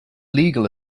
legal